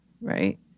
right